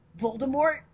Voldemort